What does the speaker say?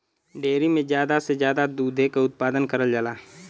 dairy में जादा से जादा दुधे के उत्पादन करल जाला